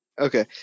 Okay